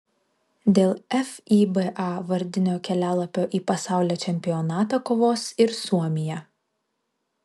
dėl fiba vardinio kelialapio į pasaulio čempionatą kovos ir suomija